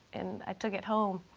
and i took it home.